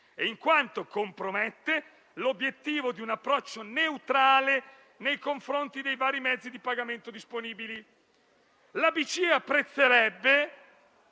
in quanto compromette l'obiettivo di un approccio neutrale nei confronti dei vari mezzi di pagamento disponibili. La BCE apprezzerebbe,